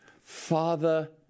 Father